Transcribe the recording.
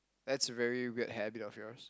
that's a very weird habit of yours